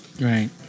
Right